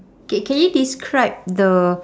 K can you describe the